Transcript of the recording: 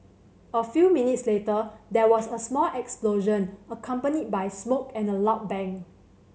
a few minutes later there was a small explosion accompanied by smoke and a loud bang